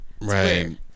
Right